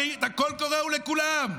הרי הקול קורא הוא לכולם,